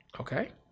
Okay